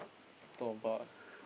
talk about